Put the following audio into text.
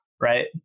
right